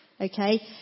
okay